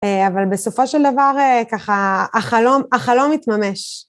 אבל בסופו של דבר ככה החלום החלום התממש.